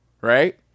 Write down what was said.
Right